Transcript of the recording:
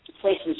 places